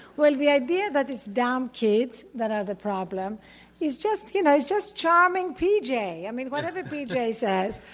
well, the idea that it's dumb kids that are the problem is just you know just charming p. j. i mean, whatever p. j. says,